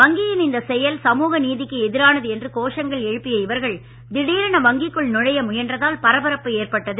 வங்கியின் இந்த செயல் சமூக நீதிக்கு எதிரானது என்று கோஷங்கள் எழுப்பிய இவர்கள் திடீரென வங்கிக்குள் நுழைய முயன்றதால் பரபரப்பு ஏற்பட்டது